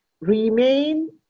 remain